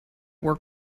work